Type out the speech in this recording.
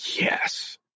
Yes